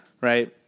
right